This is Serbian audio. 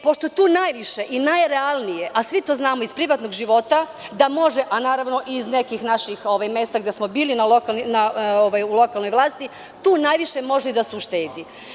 Pošto je tu najviše i najrealnije, a svi znamo iz privatnog života da može, a i iz nekih naših mesta gde smo bili u lokalnoj vlasti, tu najviše može i da se uštedi.